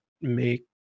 make